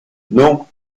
non